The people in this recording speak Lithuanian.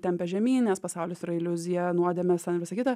tempia žemyn nes pasaulis yra iliuzija nuodėmės visa kita